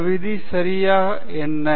இந்த விதி சரியாக என்ன